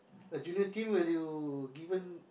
a junior team will you given